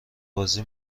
بازی